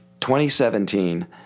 2017